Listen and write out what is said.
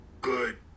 good